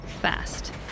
fast